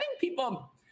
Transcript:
people